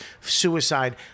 suicide